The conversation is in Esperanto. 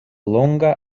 longa